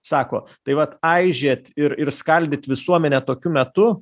sako tai vat aižėt ir ir skaldyt visuomenę tokiu metu